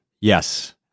Yes